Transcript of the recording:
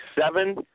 seven